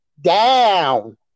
Down